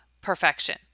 perfection